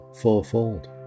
fourfold